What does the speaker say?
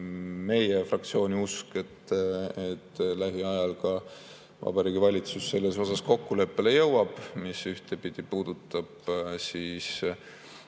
meie fraktsiooni usk, et lähiajal ka Vabariigi Valitsus selles osas kokkuleppele jõuab, mis ühtpidi puudutab väärikat